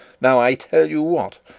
now i tell you what,